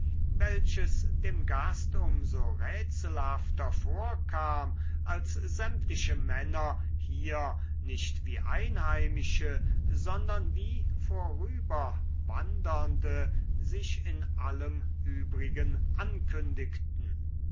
welches dem gast um so rätselhafter vorkam als sämtliche männer hier nicht wie einheimische sondern wie vorüberwandernde sich in allem übrigen ankündigten